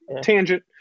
tangent